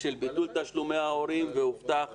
ביטול תשלומי הורים והובטח